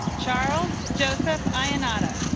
charles joseph i inada